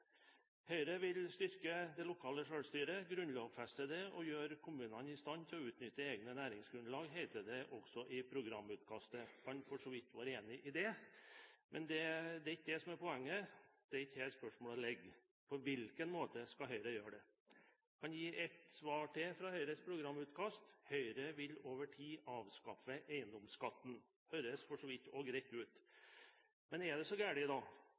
Høyre vil styrke det lokale sjølstyret, grunnlovfeste det og gjøre kommunene i stand til å utnytte egne næringsgrunnlag, heter det også i programutkastet. Man kan for så vidt være enig i det. Men det er ikke det som er poenget. Det er ikke her spørsmålet ligger. Spørsmålet er: På hvilken måte skal Høyre gjøre det? Jeg kan gi et svar til fra Høyres programutkast: Høyre vil over tid avskaffe eiendomsskatten. Det høres også for så vidt greit ut. Er det så